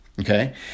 okay